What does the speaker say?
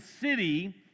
city